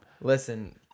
Listen